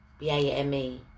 BAME